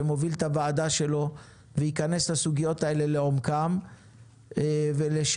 שמוביל את הוועדה שלו וייכנס לסוגיות האלה לעומקן וחברת הכנסת